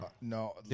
No